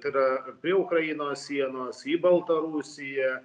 tai yra prie ukrainos sienos į baltarusiją